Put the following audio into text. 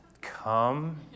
come